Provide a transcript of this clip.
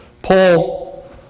Paul